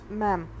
ma'am